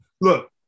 Look